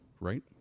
right